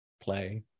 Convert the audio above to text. play